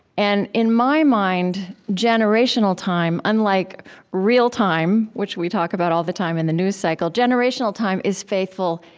and in my mind, generational time unlike real time, which we talk about all the time in the news cycle generational time is faithful,